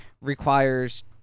requires